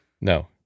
No